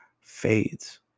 fades